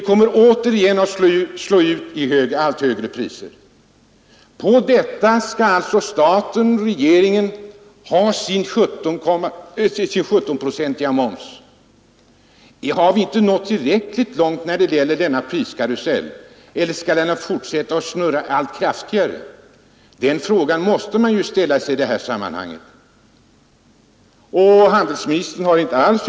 Och kommer inte också det att slå ut i allt högre priser, som staten—regeringen sedan skall ha sin 17-procentiga moms på? Har vi inte snurrat tillräckligt nu i denna priskarusell? Skall den fortsätta att snurra allt hastigare? Den frågan måste man ställa sig. Handelsministern har alls inte övertygat mig om riktigheten i regeringens beslutade åtgärd att upphäva prisstoppet fr.o.m. detta års slut.